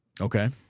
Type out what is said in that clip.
Okay